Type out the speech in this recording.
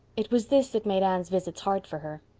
it was this that made anne's visits hard for her.